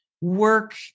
work